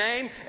name